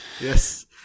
yes